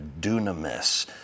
dunamis